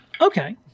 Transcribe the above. okay